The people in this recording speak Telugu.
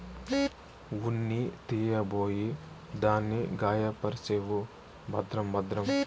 ఉన్ని తీయబోయి దాన్ని గాయపర్సేవు భద్రం భద్రం